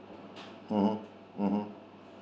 mm hmm mm hmm